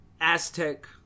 Aztec